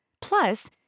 Plus